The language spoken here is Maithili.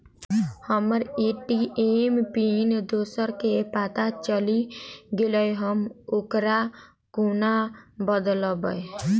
हम्मर ए.टी.एम पिन दोसर केँ पत्ता चलि गेलै, हम ओकरा कोना बदलबै?